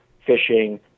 fishing